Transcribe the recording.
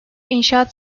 inşaat